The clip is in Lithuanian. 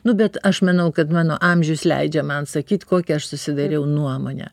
nu bet aš manau kad mano amžius leidžia man sakyti kokia aš susidariau nuomonę